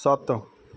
ਸੱਤ